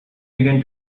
began